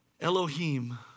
Elohim